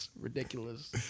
ridiculous